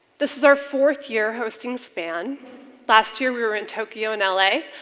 this is our fourth year hosting span last year we were in tokyo and la,